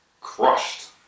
crushed